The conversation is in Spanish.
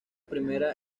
primera